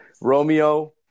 Romeo